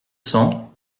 cents